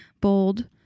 Bold